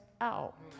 out